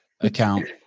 Account